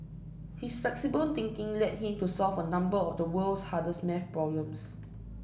his flexible thinking led him to solve a number of the world's hardest maths problems